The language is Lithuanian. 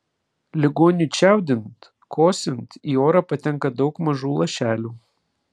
ligoniui čiaudint kosint į orą patenka daug mažų lašelių